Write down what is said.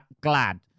glad